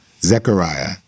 Zechariah